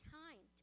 time